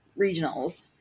Regionals